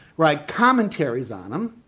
write commentaries on them,